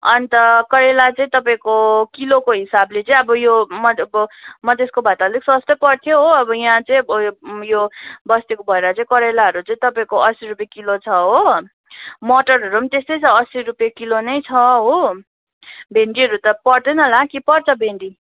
अनि त करेला चाहिँ तपाईँको किलोको हिसाबले चाहिँ यो मदेको मधेसको भए त अलिक सस्तो पर्थ्यो हो अब यहाँ चाहिँ यो ऊ यो बस्तीको भएर चाहिँ करेलाहरू चाहिँ तपाईँको अस्सी रुपियाँ किलो छ हो मटरहरू पनि त्यस्तै छ अस्सी रुपियाँ किलो नै छ हो भेन्डीहरू त पर्दैन होला कि पर्छ भेन्डी